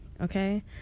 Okay